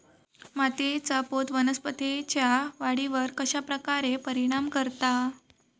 मातीएचा पोत वनस्पतींएच्या वाढीवर कश्या प्रकारे परिणाम करता?